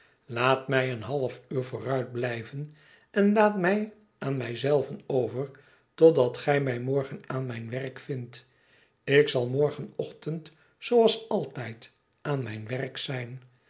laat mij een half uur vooruit blijven en laat mij aan mij zelven over totdat gij mij morgen aan mijn werk vindt ik zal morgenochtend zooals altijd aan mijn werk zijn